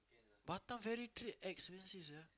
Batam very trip very expensive sia